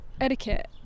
etiquette